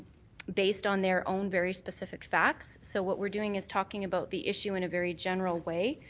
based on their own very specific facts. so what we're doing is talking about the issue in a very general way.